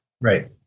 Right